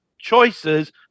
choices